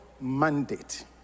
mandate